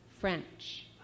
French